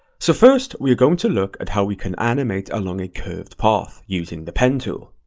so first, we're going to look at how we can animate along a curved path using the pen tool.